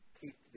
keep